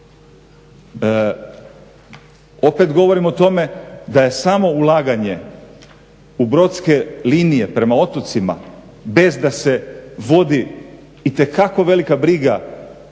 Opet govorim o tome da je samo ulaganje u brodske linije prema otocima bez da se vodi itekako velika briga